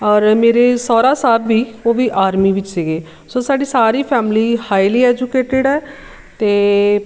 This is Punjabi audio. ਔਰ ਮੇਰੇ ਸਹੁਰਾ ਸਾਹਿਬ ਵੀ ਉਹ ਵੀ ਆਰਮੀ ਵਿੱਚ ਸੀਗੇ ਸੋ ਸਾਡੀ ਸਾਰੀ ਫੈਮਿਲੀ ਹਾਈਲੀ ਐਜੂਕੇਟਿਡ ਹੈ ਅਤੇ